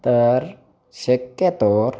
तर शक्यतोवर